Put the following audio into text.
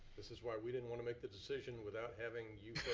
this is why we didn't wanna make the decision without having you